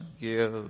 give